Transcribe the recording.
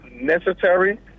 necessary